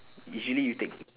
usually you take